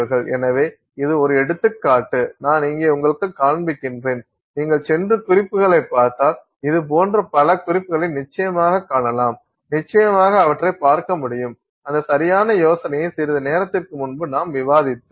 எனவே இது ஒரு எடுத்துக்காட்டு நான் இங்கே உங்களுக்குக் காண்பிக்கிறேன் நீங்கள் சென்று குறிப்புகளைப் பார்த்தால் இதுபோன்ற பல குறிப்புகளை நிச்சயமாகக் காணலாம் நிச்சயமாக அவற்றைப் பார்க்க முடியும் அந்த சரியான யோசனையை சிறிது நேரத்திற்கு முன்பு நாம் விவாதித்தோம்